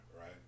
right